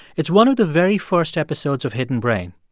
it's one of the very first episodes of hidden brain.